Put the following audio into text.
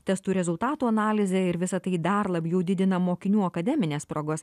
testų rezultatų analize ir visa tai dar labiau didina mokinių akademines spragas